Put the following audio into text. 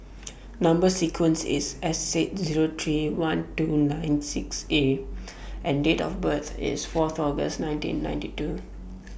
Number sequence IS S eight Zero three one two nine six A and Date of birth IS Fourth August nineteen ninety two